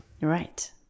right